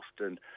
often